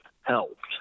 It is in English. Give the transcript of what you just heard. helped